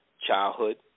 childhood